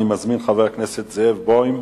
אני מזמין את חבר הכנסת זאב בוים.